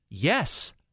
Yes